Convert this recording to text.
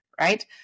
right